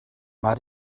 mae